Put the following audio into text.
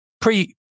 pre-